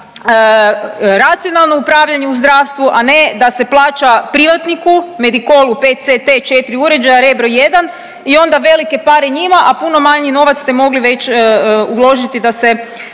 racionalno upravljanje u zdravstvu, a ne da se plaća privatniku, Medikolu, PCT 4 uređaja Rebro 1, i onda velike pare njima, a puno manji novac ste mogli već uložiti da se